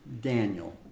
Daniel